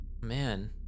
man